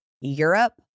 Europe